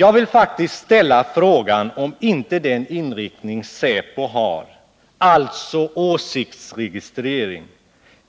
Jag vill faktiskt ställa frågan om inte den inriktning säpo har, alltså åsiktsregistrering,